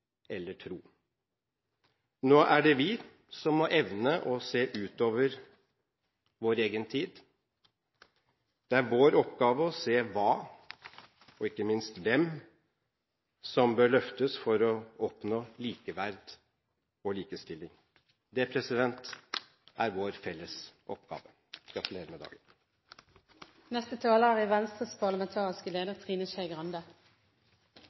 eller tro. Nå er det vi som må evne å se utover vår egen tid. Det er vår oppgave å se hva og ikke minst hvem som bør løftes for å oppnå likeverd og likestilling. Det er vår felles oppgave. Gratulerer med dagen! Jeg vil også begynne med å gratulere alle sammen med